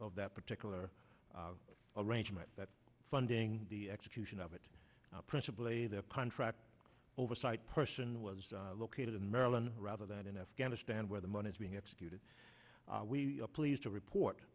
of that particular arrangement that funding the execution of it principally the contract oversight person was located in maryland rather than in afghanistan where the money is being executed we are pleased to report